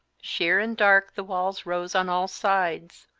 sheer and dark the walls rose on all sides,